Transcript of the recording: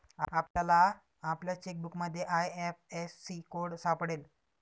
आपल्याला आपल्या चेकबुकमध्ये आय.एफ.एस.सी कोड सापडेल